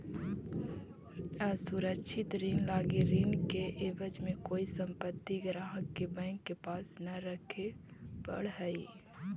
असुरक्षित ऋण लगी ऋण के एवज में कोई संपत्ति ग्राहक के बैंक के पास न रखे पड़ऽ हइ